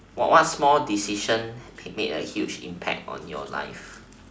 what what small decision may make a huge impact on your life